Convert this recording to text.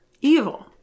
Evil